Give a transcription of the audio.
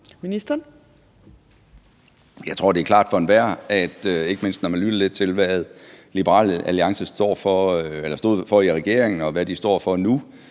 Bødskov): Jeg tror, det er klart for enhver – ikke mindst, når man lytter lidt til, hvad Liberal Alliance stod for, da de var i regering, og hvad de står for nu